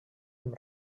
amb